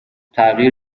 تغییر